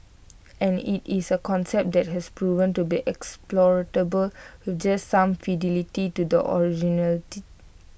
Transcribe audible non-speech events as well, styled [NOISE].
and IT is A concept that has proven to be exportable with just some fidelity to the original [NOISE]